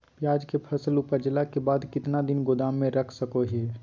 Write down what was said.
प्याज के फसल उपजला के बाद कितना दिन गोदाम में रख सको हय?